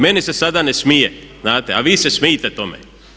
Meni se sada ne smije, znate a vi se smijte tome.